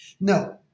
No